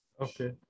Okay